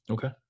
Okay